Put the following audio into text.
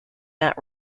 that